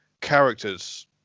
characters